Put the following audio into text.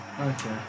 Okay